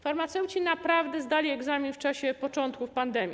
Farmaceuci naprawdę zdali egzamin w czasie początków pandemii.